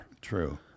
True